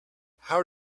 how